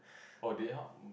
or they help